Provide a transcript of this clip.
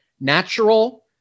natural